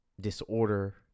Disorder